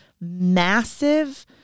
massive